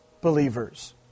believers